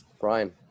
Brian